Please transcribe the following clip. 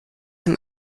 dem